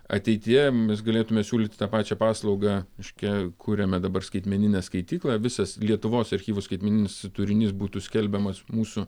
ateityje mes galėtume siūlyti tą pačią paslaugą reiškia kuriame dabar skaitmeninę skaityklą visas lietuvos archyvų skaitmeninis turinys būtų skelbiamas mūsų